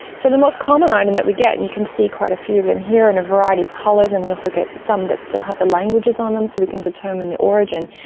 so the most common item and that we get, and you can see quite a few of them here in a variety of colours, and we also get some that still have the languages on them so we can determine the origin,